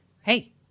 hey